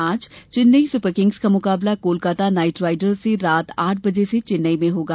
आज Chennai Super Kings का मुकाबला कोलकाता नाइट राइडर्स से रात आठ बजे चेन्नई में होगा